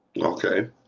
Okay